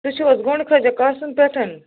تُہۍ چھُو حظ قاسِم پٮ۪ٹھ